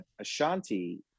ashanti